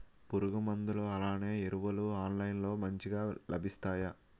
పురుగు మందులు అలానే ఎరువులు ఆన్లైన్ లో మంచిగా లభిస్తాయ?